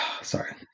Sorry